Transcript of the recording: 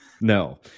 No